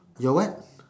your what